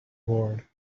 ward